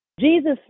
Jesus